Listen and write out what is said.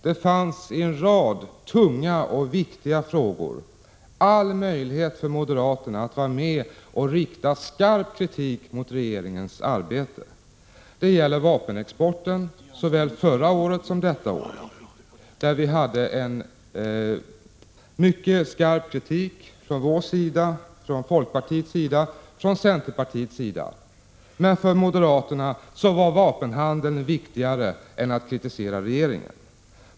Det fanns i en rad tunga och viktiga frågor all möjlighet för moderaterna att vara med och rikta skarp kritik mot regeringen. Det gällde vapenexporten såväl förra året som detta år, där det framfördes mycket skarp kritik från vår sida, från folkpartiets sida och från centerpartiets sida, men för moderaterna var omsorgen om vapenhandeln viktigare än att kritisera regeringen.